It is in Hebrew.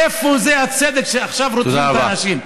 איפה הצדק, שעכשיו רודפים את האנשים?